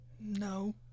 No